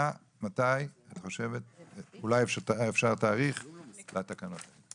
מה, מתי, אולי אפשר תאריך לתקנות?